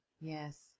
Yes